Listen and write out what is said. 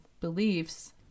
beliefs